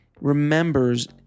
remembers